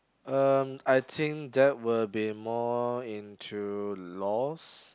um I think that will be more into laws